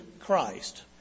Christ